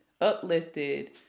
uplifted